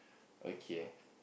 okay